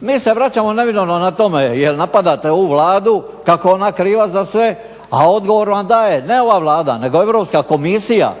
mi se vraćamo neminovno na tome jer napadate ovu Vladu kako je ona kriva za sve, a odgovor vam daje ne ova Vlada nego Europska komisija,